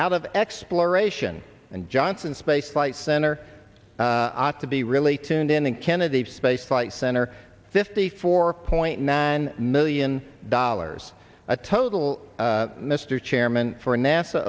out of exploration and johnson space flight center to be really tuned in the kennedy space flight center fifty four point nine million dollars a total mr chairman for nasa